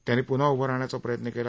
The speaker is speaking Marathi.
त्यांनी पुन्हा उभं राहण्याचा प्रयत्न केला